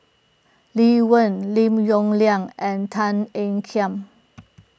Lee Wen Lim Yong Liang and Tan Ean Kiam